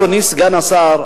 אדוני סגן השר,